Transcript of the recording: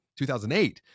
2008